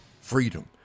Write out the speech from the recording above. freedom